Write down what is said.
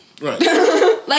Right